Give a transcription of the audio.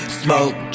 smoke